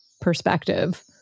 perspective